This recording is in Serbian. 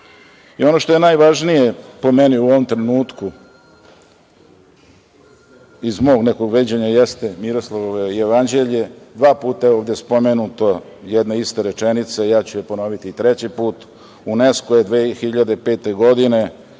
što je najvažnije po meni u ovom trenutku, iz mog nekog viđenja jeste Miroslavljevo jevanđelje, dva puta je ovde spomenuta jedna ista rečenica, ja ću je ponoviti i treći put, UNESKO je 2005. godine